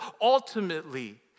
Ultimately